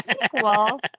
sequel